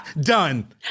done